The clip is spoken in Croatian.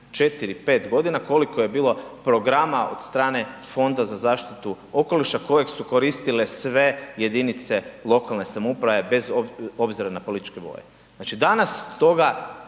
4, 5 godina koliko je bilo programa od strane Fonda za zaštitu okoliša kojeg su koristile sve jedinice lokalne samouprave bez obzira na političke boje. Znači danas toga